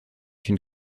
une